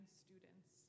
students